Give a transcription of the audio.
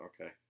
Okay